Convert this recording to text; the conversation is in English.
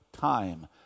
time